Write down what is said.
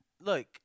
look